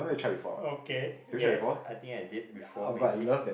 okay yes I think I did before maybe